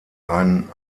einen